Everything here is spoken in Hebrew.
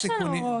יש לנו הוראות.